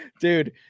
Dude